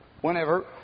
whenever